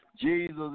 Jesus